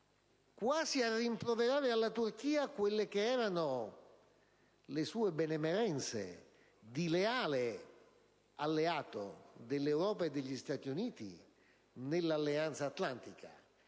quasi a rimproverare a quel Paese le sue benemerenze di leale alleato dell'Europa e degli Stati Uniti nell'Alleanza atlantica.